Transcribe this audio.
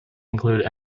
include